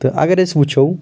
تہٕ اگر أسۍ وٕچھو